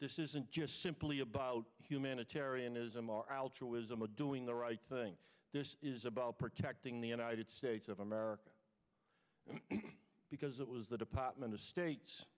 this isn't just simply about humanitarianism our altruism of doing the right thing this is about protecting the united states of america because it was the department of state